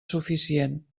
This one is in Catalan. suficient